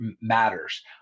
matters